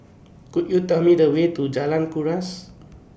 Could YOU Tell Me The Way to Jalan Kuras